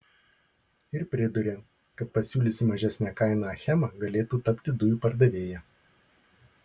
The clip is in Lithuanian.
ir priduria kad pasiūliusi mažesnę kainą achema galėtų tapti dujų pardavėja